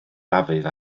dafydd